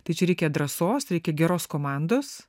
tai čia reikia drąsos reikia geros komandos